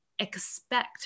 expect